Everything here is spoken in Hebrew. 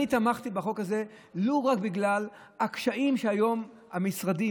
אני תמכתי בחוק הזה ולו רק בגלל הקשיים שהיום המשרדים,